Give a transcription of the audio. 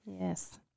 Yes